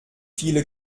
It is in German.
viele